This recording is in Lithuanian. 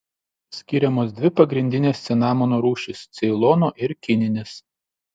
skiriamos dvi pagrindinės cinamono rūšys ceilono ir kininis